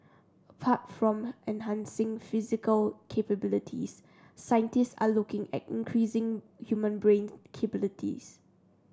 apart from enhancing physical capabilities scientists are looking at increasing human brain capabilities